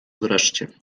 wreszcie